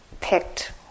picked